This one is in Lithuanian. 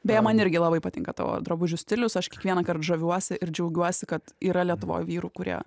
beje man irgi labai patinka tavo drabužių stilius aš kiekvienąkart žaviuosi ir džiaugiuosi kad yra lietuvoj vyrų kurie